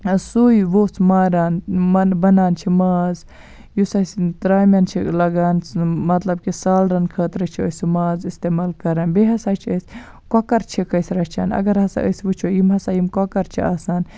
سُے وۄژھ ماران من بَنان چھ ماز یُس اَسہِ ترامٮ۪ن چھُ لَگان مطلب کہِ سالرَن خٲطرٕ چھُ أسۍ سُہ ماز اِستعمال کَران بیٚیہِ ہَسا چھِ أسۍ کۄکَر چھِکھ أسۍ رَچھان اگر ہَسا أسۍ وٕچھو یِم ہَسا یِم کۄکَر چھِ آسان